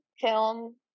film